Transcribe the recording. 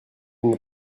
n’est